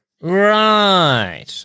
right